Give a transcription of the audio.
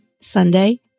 Sunday